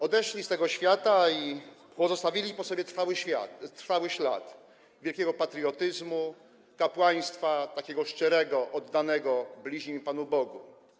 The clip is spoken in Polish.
Odeszli z tego świata i pozostawili po sobie trwały ślad wielkiego patriotyzmu, kapłaństwa, takiego szczerego, oddanego bliźnim i Panu Bogu.